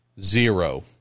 zero